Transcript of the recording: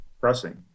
pressing